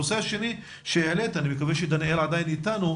הנושא השני שהעלית, אני מקווה שדניאל עדיין איתנו,